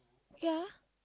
ya